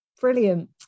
brilliant